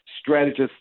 strategist